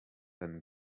than